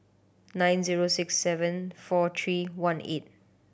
nine zero six seven four three one eight